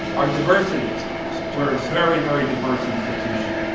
our diversity, we're a very, very diverse institution.